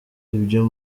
ibyo